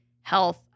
health